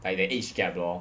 like the age gap lor